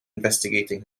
investigating